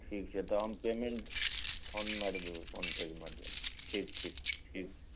ठीक छै तऽ हम पेमेन्ट फोन माइर देबै फोन पेके माध्यमसे ठीक ठीक ठीक